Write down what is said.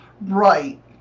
Right